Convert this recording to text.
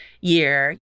year